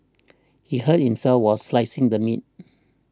he hurt himself while slicing the meat